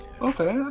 Okay